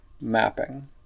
mapping